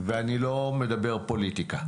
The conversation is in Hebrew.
ואני לא מדבר פוליטיקה